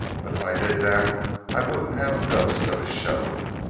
but if i did that i wouldn't have a ghost of a show.